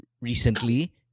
recently